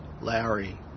Larry